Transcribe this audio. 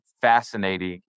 fascinating